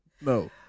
No